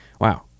wow